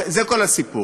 זה כל הסיפור.